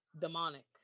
demonic